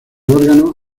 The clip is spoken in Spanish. órgano